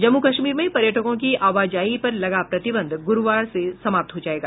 जम्मू कश्मीर में पर्यटकों की आवाजाही पर लगा प्रतिबंध गुरूवार से समाप्त हो जाएगा